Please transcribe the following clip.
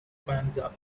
panza